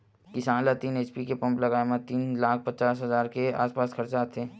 किसान ल तीन एच.पी के पंप लगाए म तीन लाख पचास हजार के आसपास खरचा आथे